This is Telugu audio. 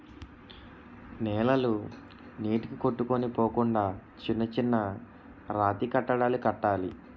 నేలలు నీటికి కొట్టుకొని పోకుండా చిన్న చిన్న రాతికట్టడాలు కట్టాలి